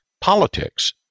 politics